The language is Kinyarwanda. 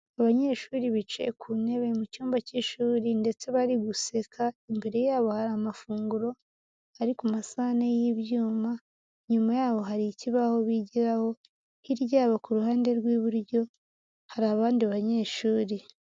Abanyeshuri bicaye ku ntebe mu cyumba cy'ishuri ndetse bari guseka imbere yabo hari amafunguro ari ku masahane y'ibyuma, inyuma yaho hari ikibaho bigiraho hirya yabo ku ruhande rw'iburyo hari abandi banyeshuri.